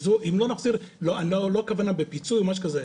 לא הכוונה בפיצוי או משהו כזה,